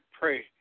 pray